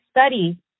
study